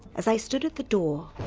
as i stood at the door,